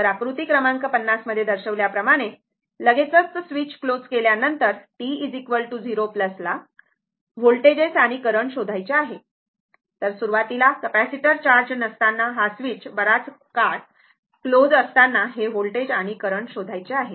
तर आकृती क्रमांक 50 मध्ये दर्शविल्या प्रमाणे लगेचच स्विच क्लोज केल्यानंतर t 0 ला व्होल्टेजेस आणि करंट शोधायचे आहे तर सुरुवातीला कपॅसिटर चार्ज नसताना हा स्वीच बराच वेळ क्लोज असताना हे व्होल्टेज आणि करंट शोधायचे आहे